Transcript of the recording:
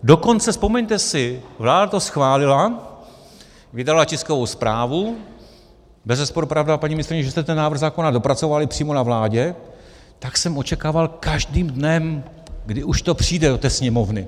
Dokonce vzpomeňte si, vláda to schválila, vydala tiskovou zprávu, bezesporu pravda, paní ministryně, že jste ten návrh zákona dopracovali přímo na vládě, tak jsem očekával každým dnem, kdy už to přijde do té Sněmovny.